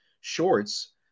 shorts